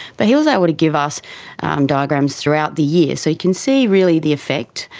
but he was able to give us um diagrams throughout the year. so you can see really the effect,